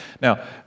Now